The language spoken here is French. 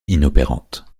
inopérante